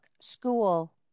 school